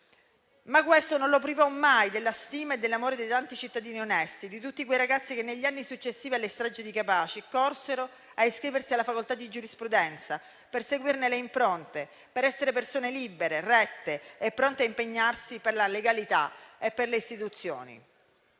Ma questo non lo privò mai della stima e dell'amore di tanti cittadini onesti, di tutti quei ragazzi che negli anni successivi alla strage di Capaci corsero a iscriversi alla facoltà di giurisprudenza per seguirne le impronte, per essere persone libere, rette e pronte a impegnarsi per la legalità e per le istituzioni.